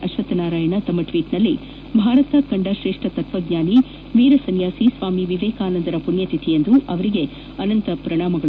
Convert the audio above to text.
Ashwathnarayan tweet ಮಾಡಿ ಭಾರತ ಕಂಡ ತ್ರೇಷ್ಠ ತತ್ವಚ್ಚಾನಿ ವೀರ ಸನ್ಯಾಸಿ ಸ್ವಾಮಿ ವಿವೇಕಾನಂದರ ಪುಣ್ಯತಿಥಿಯಂದು ಅವರಿಗೆ ಅನಂತ ಪ್ರಣಾಮಗಳು